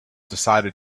decided